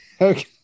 Okay